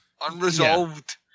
unresolved